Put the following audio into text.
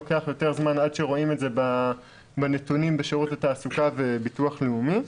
לוקח יותר זמן עד שרואים את זה בנתונים בשירות התעסוקה וביטוח לאומי.